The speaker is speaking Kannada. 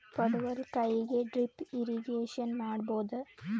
ಪಡವಲಕಾಯಿಗೆ ಡ್ರಿಪ್ ಇರಿಗೇಶನ್ ಮಾಡಬೋದ?